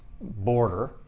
border